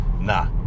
nah